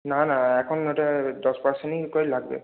না না এখন ওটা দশ পারসেন্টই করে লাগবে